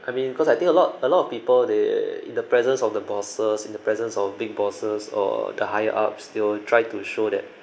I mean cause I think a lot a lot of people they in the presence of the bosses in the presence of big bosses or the higher ups they'll try to show that